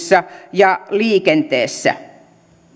ja liikenteessä